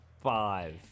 Five